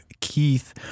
Keith